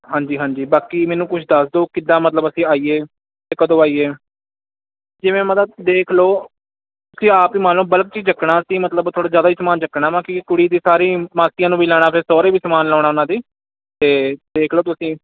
ਹਾਂਜੀ ਹਾਂਜੀ ਬਾਕੀ ਮੈਨੂੰ ਕੁਛ ਦੱਸ ਦਓ ਕਿੱਦਾਂ ਮਤਲਬ ਅਸੀਂ ਆਈਏ ਅਤੇ ਕਦੋਂ ਆਈਏ ਕਿਵੇਂ ਮਤਲਬ ਦੇਖ ਲਓ ਤੁਸੀਂ ਆਪ ਹੀ ਮੰਨ ਲਓ ਬਲਕ 'ਚ ਹੀ ਚੁੱਕਣਾ ਅਸੀਂ ਮਤਲਬ ਅਸੀਂ ਥੋੜ੍ਹਾ ਜ਼ਿਆਦਾ ਹੀ ਸਮਾਨ ਚੁੱਕਣਾ ਵਾ ਕਿਓਂਕਿ ਕੁੜੀ ਦੇ ਸਾਰੀ ਮਾਸੀਆਂ ਨੂੰ ਲਾਉਣਾ ਅਤੇ ਸੋਹਰੇ ਵੀ ਸਮਾਨ ਲਾਉਣਾ ਉਹਨਾਂ ਦੀ ਅਸੀਂ ਤਾਂ ਦੇਖ ਲਓ ਤੁਸੀਂ